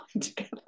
together